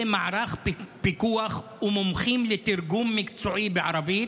מערך פיקוח ומומחים לתרגום מקצועי בערבית?